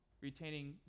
retaining